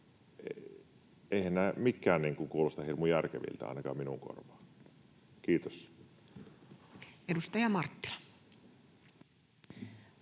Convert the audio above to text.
Eiväthän nämä mitkään kuulostaa hirmu järkeviltä ainakaan minun korvaani. — Kiitos. Edustaja Marttila.